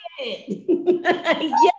Yes